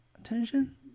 attention